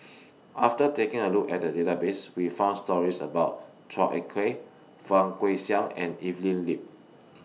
after taking A Look At The Database We found stories about Chua Ek Kay Fang Guixiang and Evelyn Lip